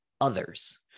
others